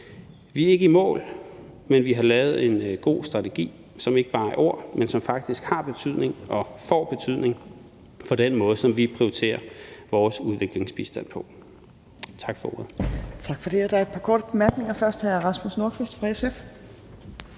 Vi er ikke i mål, men vi har lavet en god strategi, som ikke bare er ord, men som faktisk har betydning og får betydning for den måde, som vi prioriterer vores udviklingsbistand på. Tak for ordet.